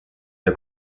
der